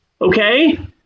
Okay